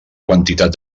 quantitat